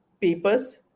papers